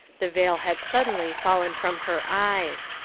the veil had suddenly fallen from her eyes.